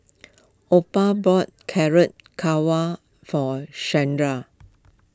Opal bought Carrot for Sharde